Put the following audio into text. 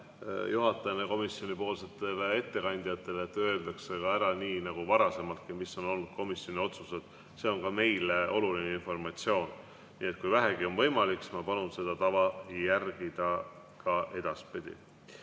palve komisjoni ettekandjatele, et öeldaks ära nii nagu varasemaltki see, mis on olnud komisjoni otsused. See on ka meile oluline informatsioon. Nii et kui vähegi võimalik, ma palun seda tava järgida ka edaspidi. Kas